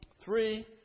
three